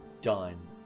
done